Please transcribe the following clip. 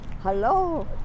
Hello